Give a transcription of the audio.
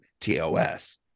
TOS